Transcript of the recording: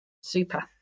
Super